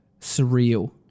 surreal